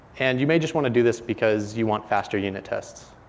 and you may just want to do this because you want faster unit tests.